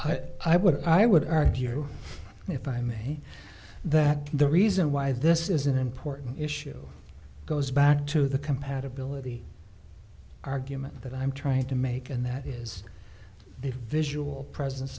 but i would i would argue if i may that the reason why this is an important issue goes back to the compatibility argument that i'm trying to make and that is if visual pres